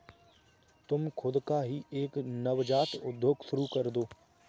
तुम खुद का ही एक नवजात उद्योग शुरू करदो